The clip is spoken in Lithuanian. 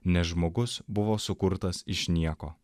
nes žmogus buvo sukurtas iš nieko